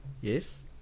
Yes